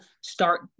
start